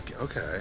okay